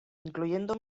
incluyendo